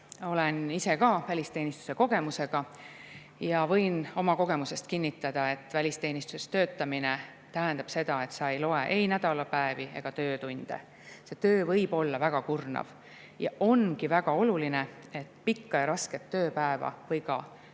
Olen ise ka välisteenistuse kogemusega ja võin oma kogemusest kinnitada, et välisteenistuses töötamine tähendab seda, et sa ei loe ei nädalapäevi ega töötunde. See töö võib olla väga kurnav. Ja on väga oluline, et pikka ja rasket tööpäeva või ka töö-ööd